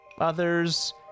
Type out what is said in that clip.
others